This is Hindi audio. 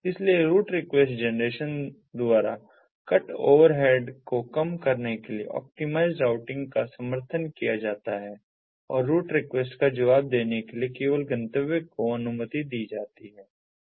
इसलिए रूट रिक्वेस्ट जेनरेशन द्वारा कट ओवरहेड को कम करने के लिए ऑप्टिमाइज़्ड राउटिंग का समर्थन किया जाता है और रूट रिक्वेस्ट का जवाब देने के लिए केवल गंतव्य को अनुमति दी जाती है